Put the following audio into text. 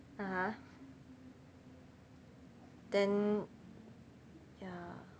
(uh huh) then ya